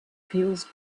feels